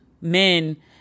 men